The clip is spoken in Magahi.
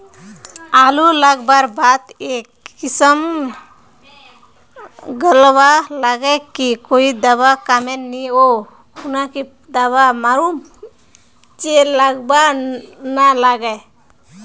आलू लगवार बात ए किसम गलवा लागे की कोई दावा कमेर नि ओ खुना की दावा मारूम जे गलवा ना लागे?